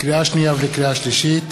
לקריאה שנייה ולקריאה שלישית,